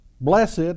blessed